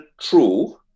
true